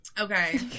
Okay